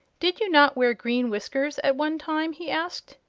did you not wear green whiskers at one time? he asked.